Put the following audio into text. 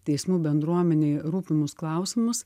teismų bendruomenei rūpimus klausimus